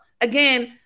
again